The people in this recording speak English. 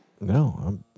No